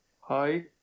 Hi